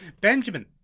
Benjamin